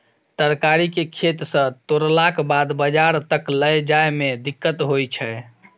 तरकारी केँ खेत सँ तोड़लाक बाद बजार तक लए जाए में दिक्कत होइ छै